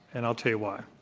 and i'll tell you why.